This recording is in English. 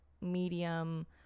medium